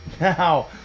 now